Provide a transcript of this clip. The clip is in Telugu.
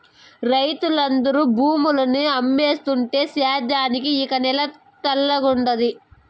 రైతులందరూ భూముల్ని అమ్మేస్తుంటే సేద్యానికి ఇక నేల తల్లేడుండాది